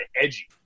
edgy